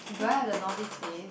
do I have the Northeast face